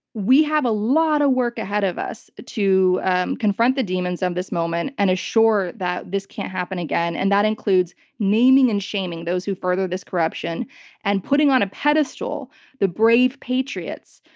we have a lot of work ahead of us to confront the demons of this moment and assure that this can't happen again. and that includes naming and shaming those who furthered this corruption and putting on a pedestal the brave patriots,